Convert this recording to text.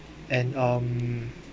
and um